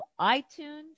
iTunes